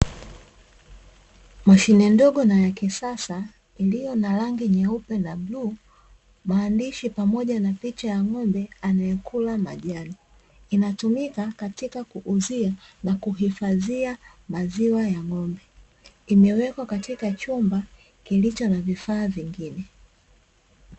Mashine ndogo na ya kisasa iliyo na rangi nyeupe na bluu maandishi pamoja na picha ya ng'ombe anayekula majani. Inatumika katika kuuzia na kuhifadhia maziwa ya ng'ombe imewekwa katika chumba kilicho na vifaa vingine.